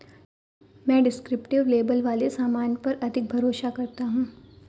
मैं descriptive label वाले सामान पर अधिक भरोसा करता हूं